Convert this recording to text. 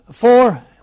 four